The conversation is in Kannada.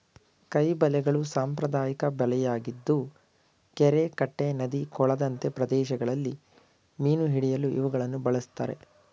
ಕೈ ಬಲೆಗಳು ಸಾಂಪ್ರದಾಯಿಕ ಬಲೆಯಾಗಿದ್ದು ಕೆರೆ ಕಟ್ಟೆ ನದಿ ಕೊಳದಂತೆ ಪ್ರದೇಶಗಳಲ್ಲಿ ಮೀನು ಹಿಡಿಯಲು ಇವುಗಳನ್ನು ಬಳ್ಸತ್ತರೆ